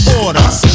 orders